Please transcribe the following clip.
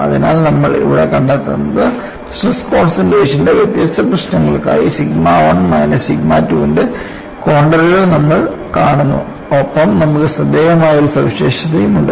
അതിനാൽ നമ്മൾ ഇവിടെ കണ്ടെത്തുന്നത് സ്ട്രെസ് കോൺസെൻട്രേഷൻറെ വ്യത്യസ്ത പ്രശ്നങ്ങൾക്കായി സിഗ്മ 1 മൈനസ് സിഗ്മ 2 ന്റെ കോൺണ്ടറുകൾ നമ്മൾ കാണുന്നു ഒപ്പം നമുക്ക് ശ്രദ്ധേയമായ ഒരു സവിശേഷതയുമുണ്ട്